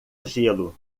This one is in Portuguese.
gelo